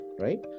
right